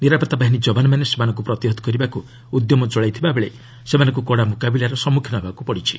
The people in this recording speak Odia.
ନିରାପତ୍ତା ବାହିନୀ ଯବାନମାନେ ସେମାନଙ୍କୁ ପ୍ରତିହତ କରିବାକୁ ଉଦ୍ୟମ ଚଳାଇଥିବାବେଳେ ସେମାନଙ୍କୁ କଡ଼ା ମୁକାବିଲାର ସମ୍ମୁଖୀନ ହେବାକୁ ପଡ଼ୁଛି